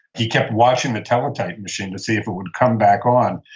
he kept watching the teletype machine to see if it would come back on.